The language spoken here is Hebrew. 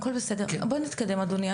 הכל בסדר, בוא נתקדם, אדוני.